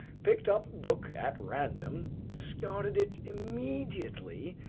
picked up a book at random, discarded it immediately,